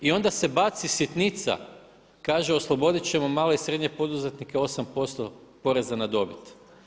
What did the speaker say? I onda se baci sitnica, kaže oslobodit ćemo malo i srednje poduzetnike 8% poreza na dobit.